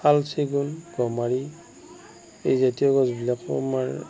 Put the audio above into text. শাল চেগুন গমাৰি এইজাতীয় গছবিলাকো আমাৰ